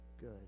good